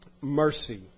mercy